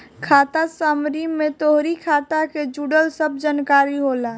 खाता समरी में तोहरी खाता के जुड़ल सब जानकारी होला